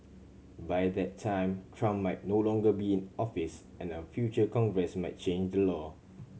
by that time Trump might no longer be in office and a future Congress might change the law